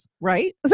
Right